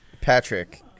Patrick